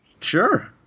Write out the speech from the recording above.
Sure